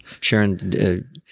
Sharon